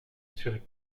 sur